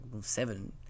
seven